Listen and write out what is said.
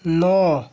ନଅ